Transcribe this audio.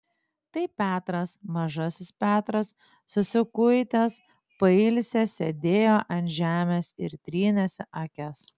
tai petras mažasis petras susikuitęs pailsęs sėdėjo ant žemės ir trynėsi akis